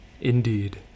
Indeed